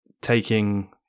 taking